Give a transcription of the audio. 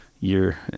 year